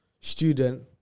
student